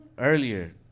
Earlier